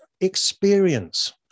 Experience